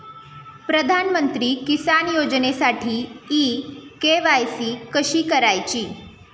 प्रधानमंत्री किसान योजनेसाठी इ के.वाय.सी कशी करायची?